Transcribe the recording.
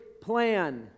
plan